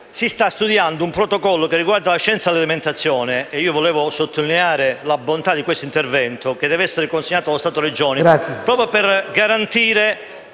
si sta studiando un protocollo che riguarda la scienza dell'alimentazione. Vorrei sottolineare la bontà di tale intervento che deve essere consegnato alla Conferenza Stato-Regioni proprio per garantire